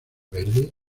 verde